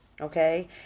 Okay